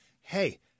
hey